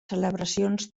celebracions